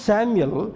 Samuel